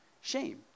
Shame